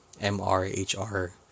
MRHR